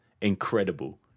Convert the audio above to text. incredible